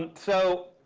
but so,